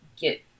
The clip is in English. get